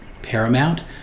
paramount